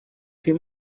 him